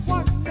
One